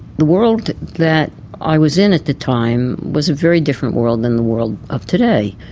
the world that i was in at the time was a very different world than the world of today.